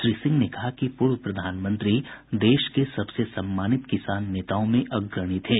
श्री सिंह ने कहा कि पूर्व प्रधानमंत्री देश के सबसे सम्मानित किसान नेताओं में अग्रणी थे